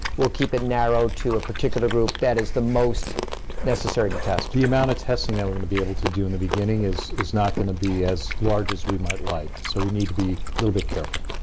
we'll keep it narrowed to a particular group that is the most necessary to test. the amount of testing that we're gonna be able to do in the beginning is is not gonna be as large as we might like. so we need to be a little bit careful.